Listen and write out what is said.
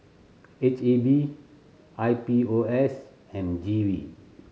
H E B I P O S and G V